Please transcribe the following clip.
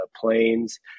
planes